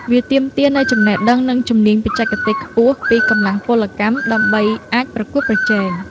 វាទាមទារនូវចំណេះដឹង និងជំនាញបច្ចេកទេសខ្ពស់ ពីកម្លាំងពលកម្ម ដើម្បីអាចប្រកួតប្រជែង។